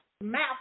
mouth